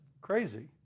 crazy